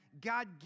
God